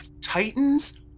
Titans